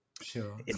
sure